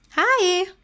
Hi